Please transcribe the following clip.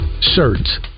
shirts